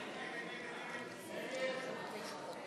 סעיפים 39